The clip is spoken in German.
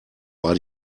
war